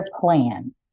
plan